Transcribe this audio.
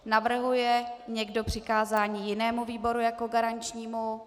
Navrhuje někdo přikázání jinému výboru jako garančnímu?